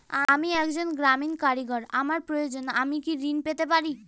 আমি একজন গ্রামীণ কারিগর আমার প্রয়োজনৃ আমি কি ঋণ পেতে পারি?